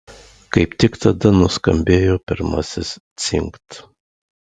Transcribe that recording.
kaip tik tada nuskambėjo pirmasis dzingt